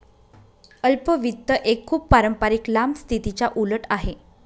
अल्प वित्त एक खूप पारंपारिक लांब स्थितीच्या उलट आहे